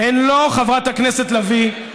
חברת הכנסת לביא,